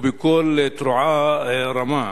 ובקול תרועה רמה,